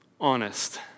honest